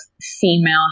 female